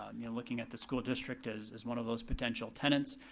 um you know, looking at the school district as as one of those potential tenants,